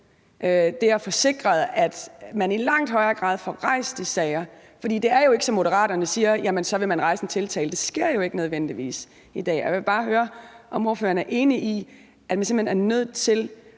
det og få sikret, at man i langt højere grad får rejst de sager. For det er jo ikke, som Moderaterne siger, i forhold til at man så vil rejse tiltale. Det sker ikke nødvendigvis i dag. Så jeg vil bare høre, om ordføreren er enig i, at man simpelt hen er nødt til